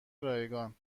رایگان